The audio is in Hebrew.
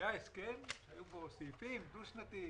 היה הסכם שהיו בו סעיפים: דו-שנתי,